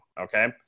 Okay